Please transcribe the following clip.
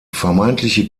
vermeintliche